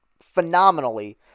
phenomenally